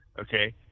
Okay